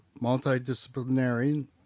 multidisciplinary